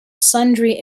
sundry